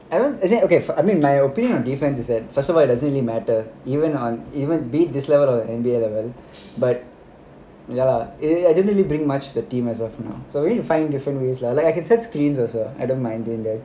and then I mean okay for me my opinion on defence is that first of all it doesn't really matter even on even beat this level or any level but ya lah eh I don't really bring much to the team also so we need to find different ways lah like I can set screens also I don't mind during their